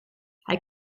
hij